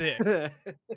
thick